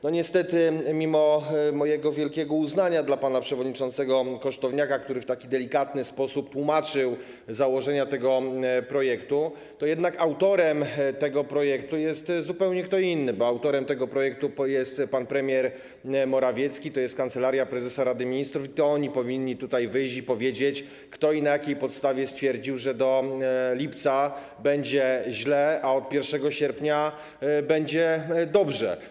No niestety, mimo mojego wielkiego uznania dla pana przewodniczącego Kosztowniaka, który w taki delikatny sposób tłumaczył założenia tego projektu, jednak autorem tego projektu jest zupełnie kto inny, bo autorem tego projektu jest pan premier Morawiecki, to jest Kancelaria Prezesa Rady Ministrów, i to oni powinni tutaj wyjść i powiedzieć, kto i na jakiej podstawie stwierdził, że do lipca będzie źle, a od 1 sierpnia będzie dobrze.